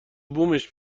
بومش